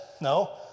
no